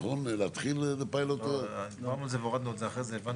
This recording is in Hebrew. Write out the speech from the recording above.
עד להכרעה בערעור ולמעשה לאפשר לבית